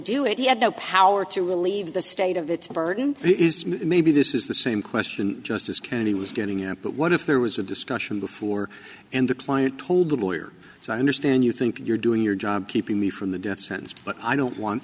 do it he had no power to relieve the state of its burden maybe this is the same question justice kennedy was getting at but what if there was a discussion before and the client told the lawyer so i understand you think you're doing your job keeping me from the death sentence but i don't want